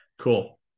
Cool